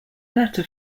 latter